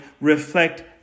reflect